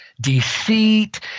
deceit